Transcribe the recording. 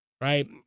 right